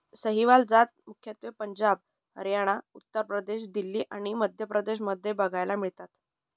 सहीवाल जात मुख्यत्वे पंजाब, हरियाणा, उत्तर प्रदेश, दिल्ली आणि मध्य प्रदेश मध्ये बघायला मिळतात